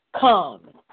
Come